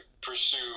pursue